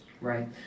right